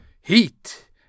Heat